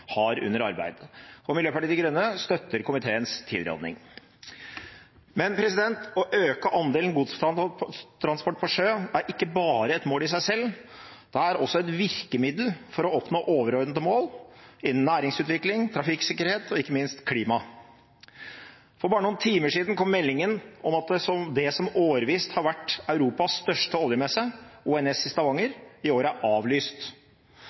har under arbeid. Miljøpartiet De Grønne støtter komiteens tilråding. Men å øke andelen godstransport på sjø er ikke bare et mål i seg selv; det er også et virkemiddel for å oppnå overordnede mål innen næringsutvikling, trafikksikkerhet og ikke minst klima. For bare noen timer siden kom meldingen om at det som årvisst har vært Europas største oljemesse, ONS i Stavanger, i år er avlyst.